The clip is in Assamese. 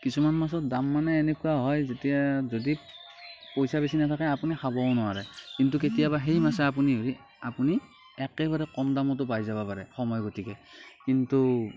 কিছুমান মাছৰ দাম মানে এনেকুৱা হয় যেতিয়া যদি পইচা বেছি নাথাকে আপুনি খাবও নোৱাৰে কিন্তু কেতিয়াবা সেই মাছে আপুনি আপুনি একেবাৰে কম দামতো পাই যাব পাৰে সময় গতিকে কিন্তু